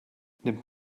nimmt